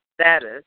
status